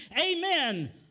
Amen